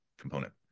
component